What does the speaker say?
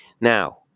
Now